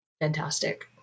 fantastic